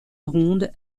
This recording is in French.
ronde